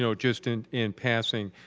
so just and in passing,